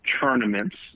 tournaments